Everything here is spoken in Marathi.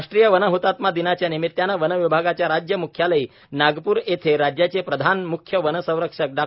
राष्ट्रीय वनहतात्मा दिनाच्या निमीत्ताने वन विभागाच्या राज्य म्ख्यालयी नागपूर येथे राज्याचे प्रधान मुख्य वनसंरक्षक डॉ